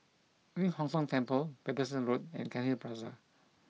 Ling Hong Tong Temple Paterson Road and Cairnhill Plaza